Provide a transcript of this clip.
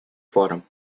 forum